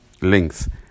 length